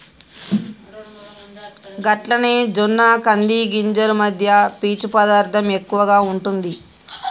గట్లనే జొన్న కంది గింజలు మధ్య పీచు పదార్థం ఎక్కువగా ఉంటుంది